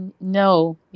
no